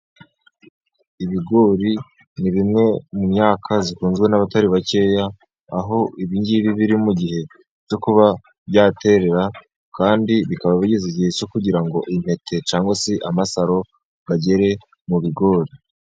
Ibigori ni bimwe mu myaka ikunzwe n'abatari bakeya, aho ibi ngibi biri mu gihe cyo kuba byaterera kandi bikaba bigeze igihe cyo kugira ngo intete cyangwa se amasaro agere mu bigori.